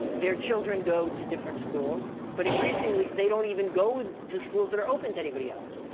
their children go to different schools. but increasingly, they don't even go to schools that are open to anybody else.